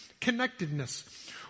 connectedness